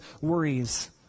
worries